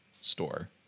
store